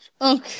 Okay